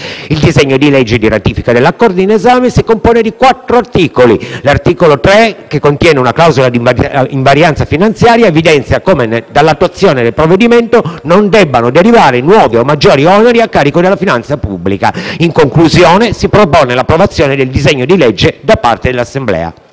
Il disegno di legge di ratifica dell'Accordo in esame si compone di quattro articoli. L'articolo 3, che contiene una clausola di invarianza finanziaria, evidenzia come dall'attuazione del provvedimento non debbano derivare nuovi o maggiori oneri a carico della finanza pubblica. In conclusione, si propone l'approvazione del disegno di legge da parte dell'Assemblea.